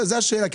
זאת השאלה.